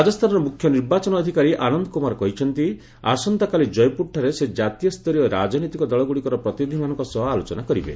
ରାଜସ୍ଥାନର ମୁଖ୍ୟ ନିର୍ବାଚନ ଅଧିକାରୀ ଆନନ୍ଦ କୁମାର କହିଛନ୍ତି ଆସନ୍ତାକାଲି କୟପୁରଠାରେ ସେ ଜାତୀୟସ୍ତରୀୟ ରାଜନୈତିକ ଦଳଗୁଡ଼ିକର ପ୍ରତିନିଧିମାନଙ୍କ ସହ ଆଲୋଚନା କରିବେ